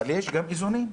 אבל יש גם איזונים.